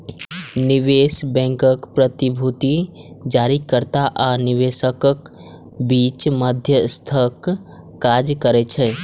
निवेश बैंकर प्रतिभूति जारीकर्ता आ निवेशकक बीच मध्यस्थक काज करै छै